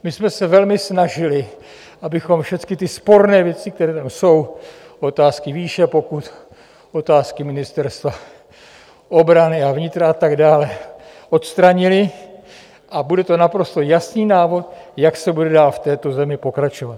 My jsme se velmi snažili, abychom všechny ty sporné věci, které tam jsou, otázky výše pokut, otázky Ministerstva obrany a vnitra a tak dále, odstranili a bude to naprosto jasný návod, jak se bude dál v této zemi pokračovat.